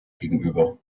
gegenüber